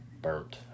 burnt